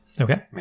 Okay